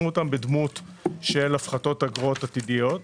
אותן בדמות של הפחתות אגרות עתידיות.